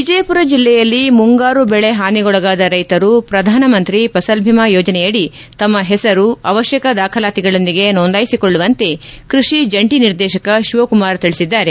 ವಿಜಯಪುರ ಜಿಲ್ಲೆಯಲ್ಲಿ ಮುಂಗಾರು ಬೆಳೆ ಹಾನಿಗೊಳಗಾದ ರೈತರು ಪ್ರಧಾನಮಂತ್ರಿ ಫಸಲ್ ಬಿಮಾ ಯೋಜನೆಯದಿ ತಮ್ಮ ಹೆಸರು ಅವಶ್ಯಕ ದಾಖಲಾತಿಗಳೊಂದಿಗೆ ನೋಂದಾಯಿಸಿಕೊಳ್ಳುವಂತೆ ಕೃಷಿ ಜಂಟಿ ನಿರ್ದೇಶಕ ಶಿವಕುಮಾರ್ ತಿಳಿಸಿದ್ದಾರೆ